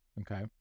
Okay